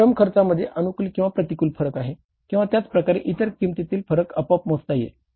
श्रम खर्चामध्ये अनुकूल किंवा प्रतिकूल फरक आहे किंवा त्याचप्रकारे इतर किंमतीतील फरक आपोआप मोजला जाईल